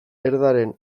erdaren